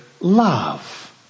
Love